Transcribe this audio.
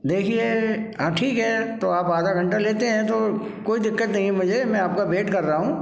देखिए हाँ ठीक है तो आप आधा घंटा लेते हैं तो कोई दिक्कत नहीं है मुझे मैं आपका वेट कर रहा हूँ